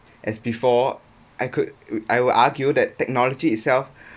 as before I could I would argue that technology itself